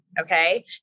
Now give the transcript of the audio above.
okay